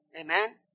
Amen